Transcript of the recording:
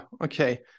okay